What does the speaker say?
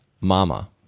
mama